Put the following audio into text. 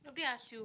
nobody ask you